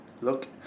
look